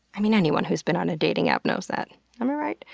i mean, anyone who's been on a dating app knows that, am i right?